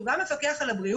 הוא גם מפקח על הבריאות.